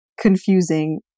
confusing